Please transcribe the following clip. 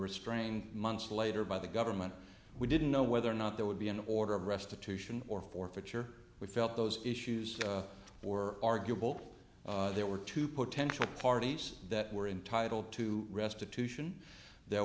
restrained months later by the government we didn't know whether or not there would be an order of restitution or forfeiture we felt those issues were arguable there were two potential parties that were entitled to restitution there